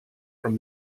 from